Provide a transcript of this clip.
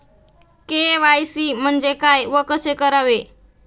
KYC म्हणजे काय व कसे करावे?